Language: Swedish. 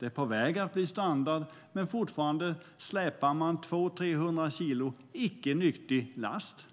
Det är på väg att bli standard, men fortfarande släpar man 200-300 kilo icke nyttig last.